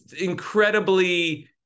incredibly